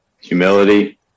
Humility